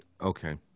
Okay